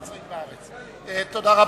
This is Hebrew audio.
תודה.